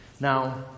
Now